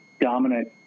dominant